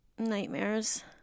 nightmares